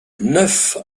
neuf